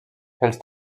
els